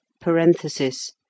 parenthesis